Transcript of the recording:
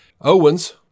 Owens